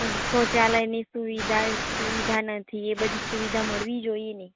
રસ્તો ચાલે એની સુવિધા સુવિધા નથી એ બધી સુવિધા મળવી જોઈએ ને